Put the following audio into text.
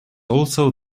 also